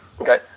Okay